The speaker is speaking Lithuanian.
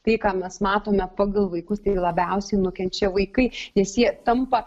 tai ką mes matome pagal vaikus tai labiausiai nukenčia vaikai nes jie tampa